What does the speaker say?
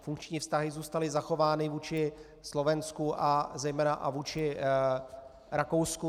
Funkční vztahy zůstaly zachovány vůči Slovensku zejména a vůči Rakousku.